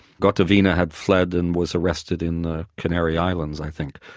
gotovina had fled and was arrested in the canary islands i think.